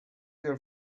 your